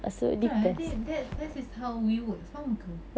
kan I think that this is how we would faham ke